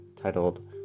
titled